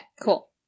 cool